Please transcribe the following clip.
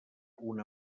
una